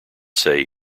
say